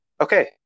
Okay